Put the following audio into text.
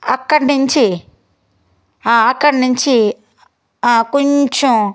అక్కడి నుంచి అక్కడి నుంచి కొంచెం